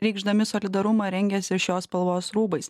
reikšdami solidarumą rengiasi šios spalvos rūbais